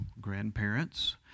grandparents